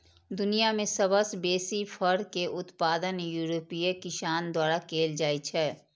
दुनिया मे सबसं बेसी फर के उत्पादन यूरोपीय किसान द्वारा कैल जाइ छै